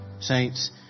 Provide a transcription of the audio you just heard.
Saints